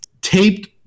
taped